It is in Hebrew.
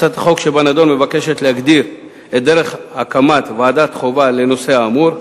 הצעת החוק שבנדון מבקשת להגדיר את דרך הקמת ועדת חובה לנושא האמור,